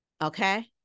Okay